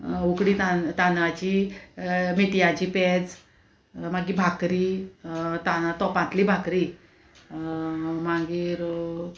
उकडी तां तांदळाची मेथयाची पेज मागीर भाकरी ताना तोपांतली भाकरी मागीर